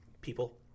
people